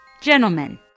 Gentlemen